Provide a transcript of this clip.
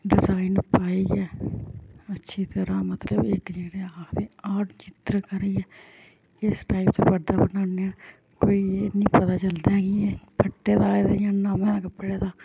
design पाइयै अच्छी तरह मतलब इक जेह्ड़े आखदे आर्ट चित्र करियै इस टाइप च पर्दा बनान्ने कोई एह् नी पता चलदा ऐ कट्टे दा ऐ जां नमें कपड़े दा